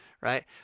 right